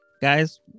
Guys